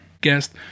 guest